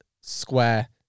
square